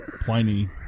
Pliny